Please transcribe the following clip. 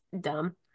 dumb